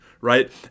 Right